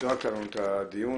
שדרגת לנו את הדיון.